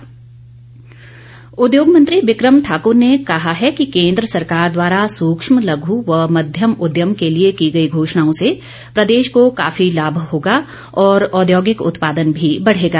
बिक्रम ठाकुर उद्योग मंत्री बिक्रम ठाकूर ने कहा है कि केन्द्र सरकार द्वारा सूक्ष्म लघू व मध्यम उद्यम के लिए की गई घोषणाओं से प्रदेश को काफी लाभ होगा और औद्योगिक उत्पादन भी बढ़ेगा